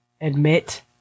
admit